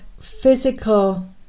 physical